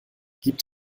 gibt